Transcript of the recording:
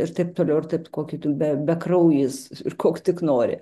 ir taip toliau ir taip kokį ten bekraujis ir koks tik nori